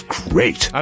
great